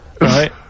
Right